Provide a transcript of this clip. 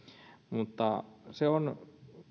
mutta se on